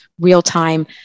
real-time